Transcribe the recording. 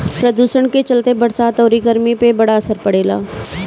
प्रदुषण के चलते बरसात अउरी गरमी पे बड़ा असर पड़ल बाटे